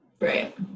Right